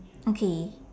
okay